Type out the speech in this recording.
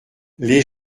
les